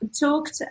talked